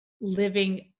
living